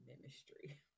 ministry